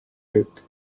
müük